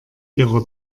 ihrer